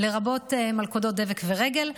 לרבות מלכודות דבק ורגל,